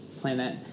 planet